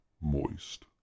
moist